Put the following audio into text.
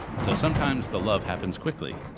so sometimes the love happens quickly.